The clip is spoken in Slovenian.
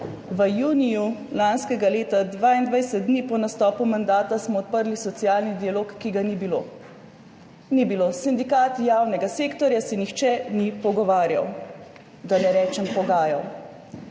V juniju lanskega leta, 22 dni po nastopu mandata smo odprli socialni dialog, ki ga ni bilo. Ni bilo. S sindikati javnega sektorja se nihče ni pogovarjal, da ne rečem pogajal.